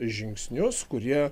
žingsnius kurie